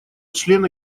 члены